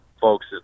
folks